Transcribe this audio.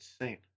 insane